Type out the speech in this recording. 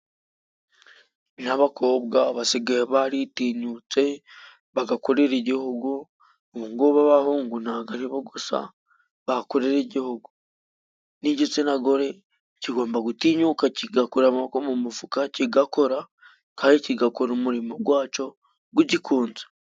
N'abakobwa basigaye baritinyutse bagakorera igihugu, ubu ngubu abahungu ntagwo aribo gusa bakorera igihugu, n'igitsina gore kigomba gutinyuka kigakura amaboko mu mufuka, kigakora kandi kigakora umurimo gwacyo gugikunze.